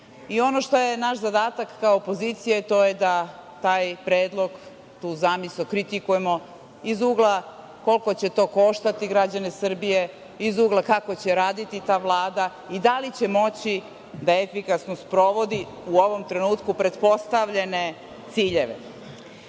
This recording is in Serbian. Ono što je naš zadatak kao opozicije, to je da taj predlog, tu zamisao kritikujemo iz ugla koliko će to koštati građane Srbije, iz ugla kako će raditi ta Vlada i da li će moći da efikasno sprovodi u ovom trenutku pretpostavljene ciljeve. Govoriću